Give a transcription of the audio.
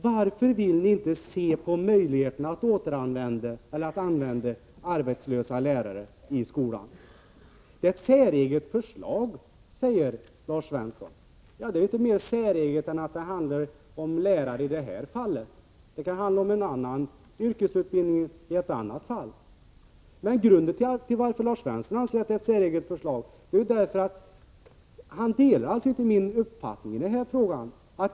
Varför vill ni inte se över möjligheterna att använda arbetslösa lärare i skolan? Det är ett säreget förslag, säger Lars Svensson. Det är inte mer säreget än att det i det här fallet handlar om lärare. Det kan handla om en annan yrkesgrupp i något annat fall. Grunden till att Lars Svensson anser att det är ett säreget förslag är att han inte delar min uppfattning i den här frågan.